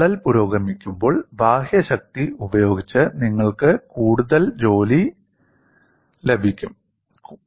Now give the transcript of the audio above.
വിള്ളൽ പുരോഗമിക്കുമ്പോൾ ബാഹ്യശക്തി ഉപയോഗിച്ച് നിങ്ങൾക്ക് കൂടുതൽ കൂടുതൽ ജോലി ലഭിക്കും